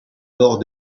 nord